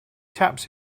taps